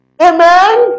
Amen